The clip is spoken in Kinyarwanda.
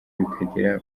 bakagera